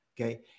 okay